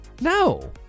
no